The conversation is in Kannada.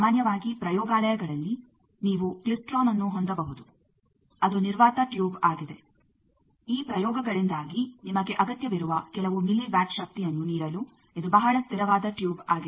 ಸಾಮಾನ್ಯವಾಗಿ ಪ್ರಯೋಗಾಲಯಗಳಲ್ಲಿ ನೀವು ಕ್ಲಿಸ್ಟ್ರೋನ್ಅನ್ನು ಹೊಂದಬಹುದು ಅದು ನಿರ್ವಾತ ಟ್ಯೂಬ್ ಆಗಿದೆ ಈ ಪ್ರಯೋಗಗಳಿಂದಾಗಿ ನಿಮಗೆ ಅಗತ್ಯವಿರುವ ಕೆಲವು ಮಿಲಿ ವಾಟ್ ಶಕ್ತಿಯನ್ನು ನೀಡಲು ಇದು ಬಹಳ ಸ್ಥಿರವಾದ ಟ್ಯೂಬ್ ಆಗಿದೆ